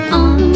on